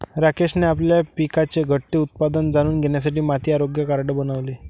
राकेशने आपल्या पिकाचे घटते उत्पादन जाणून घेण्यासाठी माती आरोग्य कार्ड बनवले